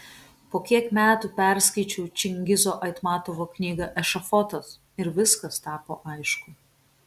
po kiek metų perskaičiau čingizo aitmatovo knygą ešafotas ir viskas tapo aišku